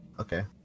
Okay